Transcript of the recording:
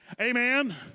Amen